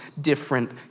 different